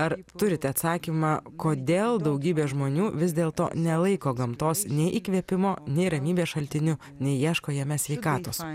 ar turite atsakymą kodėl daugybė žmonių vis dėlto nelaiko gamtos nei įkvėpimo nei ramybės šaltiniu nei ieško jame sveikatos